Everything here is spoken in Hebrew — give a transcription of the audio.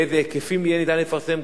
באיזה היקפים ניתן יהיה לפרסם,